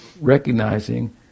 recognizing